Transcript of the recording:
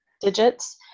digits